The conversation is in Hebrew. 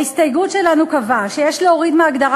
ההסתייגות שלנו קבעה שיש להוריד מההגדרה